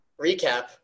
recap